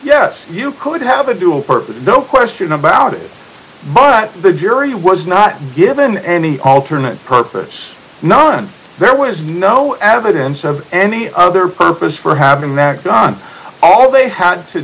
yes you could have a dual purpose no question about it but the jury was not given any alternate purpose none there was no evidence of any other purpose for having not done all they had to